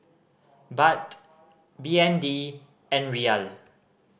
Baht B N D and Riyal